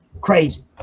Crazy